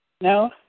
No